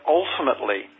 ultimately